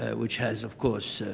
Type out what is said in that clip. ah which has, of course,